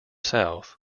south